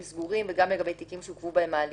סגורים או תיקים שעוכבו בהם ההליכים,